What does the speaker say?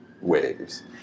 waves